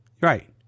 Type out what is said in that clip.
right